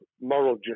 moral